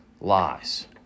lies